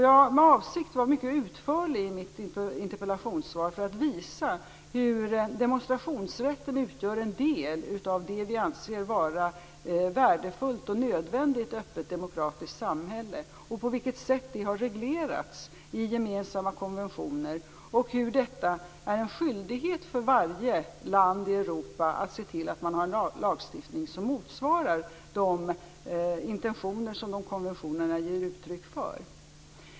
Jag var med avsikt mycket utförlig i mitt interpellationssvar för att visa hur demonstrationsrätten utgör en del av det vi anser vara värdefullt och nödvändigt i ett öppet och demokratiskt samhälle, på vilket sätt det har reglerats i gemensamma konventioner och hur det är en skyldighet för varje land i Europa att se till att man har en lagstiftning som motsvarar de intentioner som de konventionerna ger uttryck för.